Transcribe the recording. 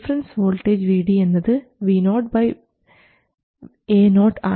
difference voltage Vd എന്നത് VoAo ആണ്